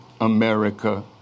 America